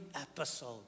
episode